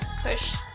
push